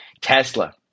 Tesla